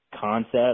concept –